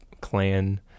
Clan